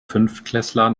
fünftklässler